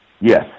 Yes